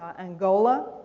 angola.